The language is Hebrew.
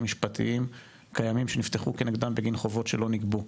משפטיים קיימים שנפתחו כנגדם בגין חובות שלא נגבו.